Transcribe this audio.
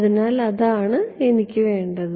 അതിനാൽ അതാണ് എനിക്ക് വേണ്ടത്